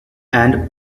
and